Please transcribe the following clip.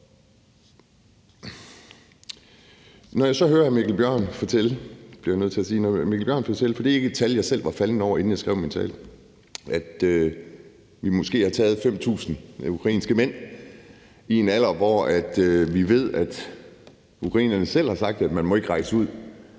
Når jeg så hører hr. Mikkel Bjørn fortælle, bliver nødt til at sige – det var ikke et tal, jeg selv var faldet over, inden jeg skrev min tale – at vi måske har taget 5.000 ukrainske mænd i en alder, hvor vi ved ukrainerne selv har sagt man ikke må rejse ud,